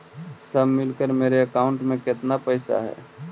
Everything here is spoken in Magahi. सब मिलकर मेरे अकाउंट में केतना पैसा है?